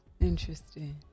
Interesting